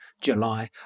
July